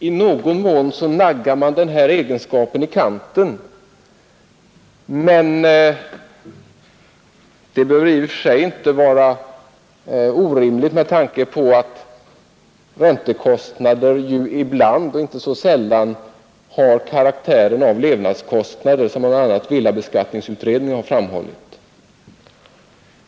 I någon mån naggar man kanske den här egenskapen i kanten, men det behöver i och för sig inte vara orimligt med tanke på att räntekostnader ibland har karaktären av levnadskostnader, vilket bl.a. villabeskattningsutredningen framhållit.